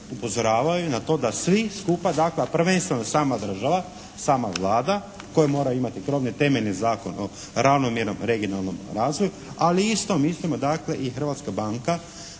upozoravaju na to da svi skupa dakako a prvenstveno sama država, sama Vlada koja mora imati … /Govornik se ne razumije./ … temeljni zakon o ravnomjernom regionalnom razvoju, ali isto mislimo dakle i Hrvatska banka